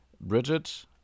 bridget